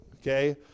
Okay